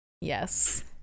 Yes